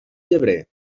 llebrer